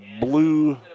blue